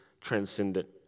transcendent